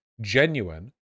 genuine